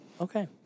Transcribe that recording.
Okay